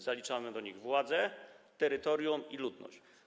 Zaliczamy do nich: władzę, terytorium i ludność.